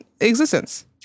existence